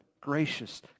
gracious